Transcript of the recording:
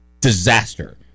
disaster